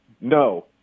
No